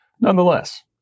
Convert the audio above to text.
Nonetheless